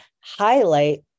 highlight